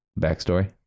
Backstory